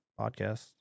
podcast